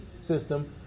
system